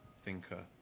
Thinker